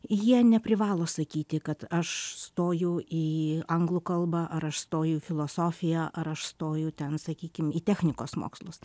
jie neprivalo sakyti kad aš stojau į anglų kalbą ar aš stoju filosofiją ar aš stoju ten sakykim į technikos mokslus